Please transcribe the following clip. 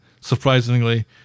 surprisingly